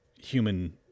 human